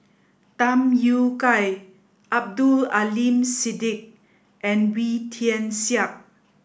Tham Yui Kai Abdul Aleem Siddique and Wee Tian Siak